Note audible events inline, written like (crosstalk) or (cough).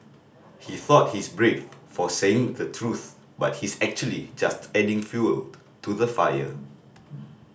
he thought he's brave for saying the truth but he's actually just adding fuel (unintelligible) to the fire